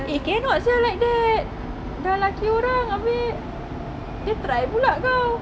eh cannot sia like that dah lelaki orang abeh dia pulak try kau